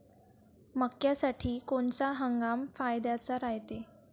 मक्क्यासाठी कोनचा हंगाम फायद्याचा रायते?